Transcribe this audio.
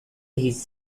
his